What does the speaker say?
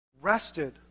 rested